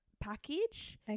package